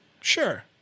sure